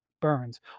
burns